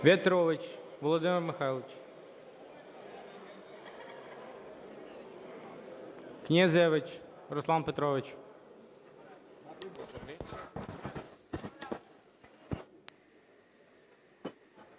В'ятрович Володимир Михайлович. Князевич Руслан Петрович.